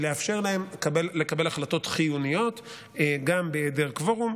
לאפשר להם לקבל החלטות חיוניות גם בהיעדר קוורום.